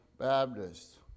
Baptists